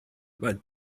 but